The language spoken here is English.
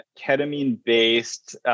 ketamine-based